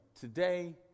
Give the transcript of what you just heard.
today